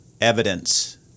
evidence